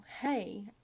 hey